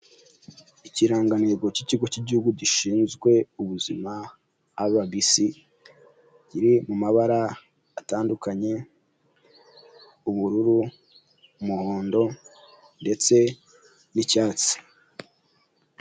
Ikirangantego cy'ikigo cy'Igihugu gishinzwe ubuzima RBC, kiri mu mabara atandukanye ubururu, umuhondo ndetse n'icyatsi.